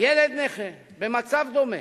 ילד נכה במצב דומה,